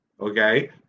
Okay